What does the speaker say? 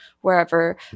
wherever